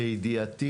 לידיעתי,